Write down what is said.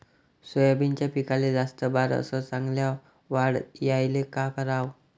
सोयाबीनच्या पिकाले जास्त बार अस चांगल्या वाढ यायले का कराव?